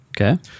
Okay